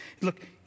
Look